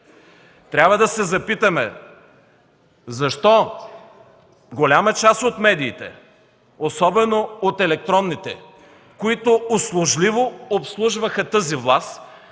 Трябва да се запитаме защо голяма част от медиите, особено от електронните, които услужливо обслужваха тази власт